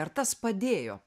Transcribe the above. ar tas padėjo